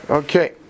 okay